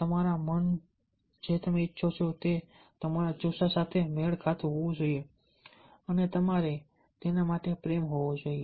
તમારા મન જે તમે ઇચ્છો છો તે તમારા જુસ્સા સાથે મેળ ખાતું હોવું જોઈએ અને તમારે તેના માટે પ્રેમ હોવો જોઈએ